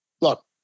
look